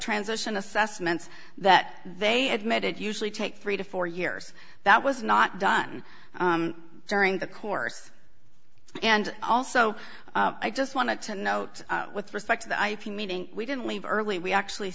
transition assessments that they admitted usually take three to four years that was not done during the course and also i just want to note with respect to the ip meeting we didn't leave early we actually